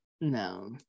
No